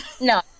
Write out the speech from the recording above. No